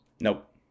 Nope